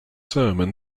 sermon